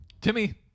Timmy